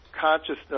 consciousness